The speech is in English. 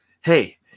Hey